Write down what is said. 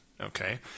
okay